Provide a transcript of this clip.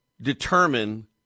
determine